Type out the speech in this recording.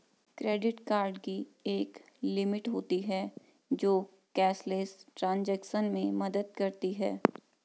credit card की एक limit होती है जो कैशलेस ट्रांज़ैक्शन में मदद करती है